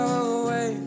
away